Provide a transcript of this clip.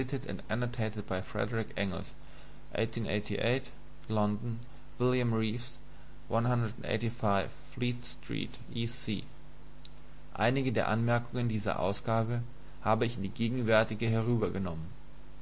e c einige der anmerkungen dieser ausgabe habe ich in die gegenwärtige